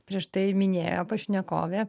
prieš tai minėjo pašnekovė